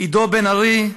עידו בן ארי,